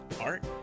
art